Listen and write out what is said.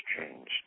changed